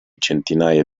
centinaia